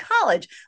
college